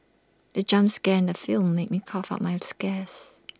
the jump scare in the film made me cough out my